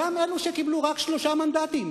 גם אלו שקיבלו רק שלושה מנדטים,